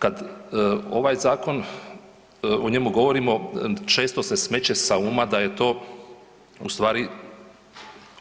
Kad ovaj zakon, o njemu govorimo, često se smeće sa uma da je to ustvari